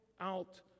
out